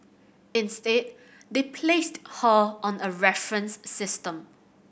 instead they placed her on a reference system